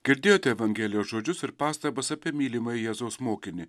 girdėjote evangelijos žodžius ir pastabas apie mylimąjį jėzaus mokinį